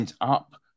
up